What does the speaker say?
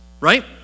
right